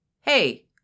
Hey